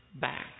back